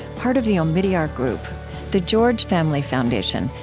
part of the omidyar group the george family foundation,